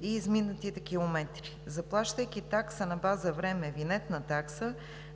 и изминатите километри. Заплащайки такса на база на време – винетна такса,